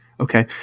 Okay